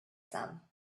some